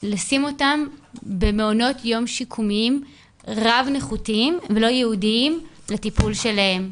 לשים אותם במעונות יום שיקומיים רב נכותיים ולא ייעודיים לטיפול שלהם.